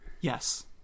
Yes